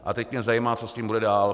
A teď mě zajímá, co s tím bude dál.